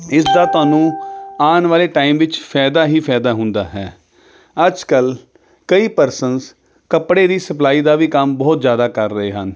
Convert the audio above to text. ਇਸ ਦਾ ਤੁਹਾਨੂੰ ਆਉਣ ਵਾਲੇ ਟਾਈਮ ਵਿੱਚ ਫਾਇਦਾ ਹੀ ਫਾਇਦਾ ਹੁੰਦਾ ਹੈ ਅੱਜ ਕੱਲ੍ਹ ਕਈ ਪਰਸਨਸ ਕੱਪੜੇ ਦੀ ਸਪਲਾਈ ਦਾ ਵੀ ਕੰਮ ਬਹੁਤ ਜ਼ਿਆਦਾ ਕਰ ਰਹੇ ਹਨ